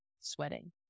sweating